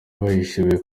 bahishiwe